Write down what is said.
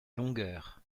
longueur